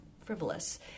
frivolous